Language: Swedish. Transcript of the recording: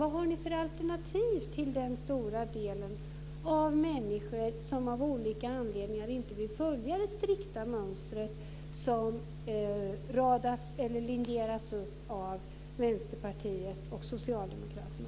Vad har ni för alternativ till den stora andel människor som av olika anledningar inte vill följa det strikta mönster som linjeras upp av Vänsterpartiet och Socialdemokraterna?